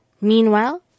Meanwhile